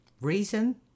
Reason